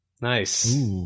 Nice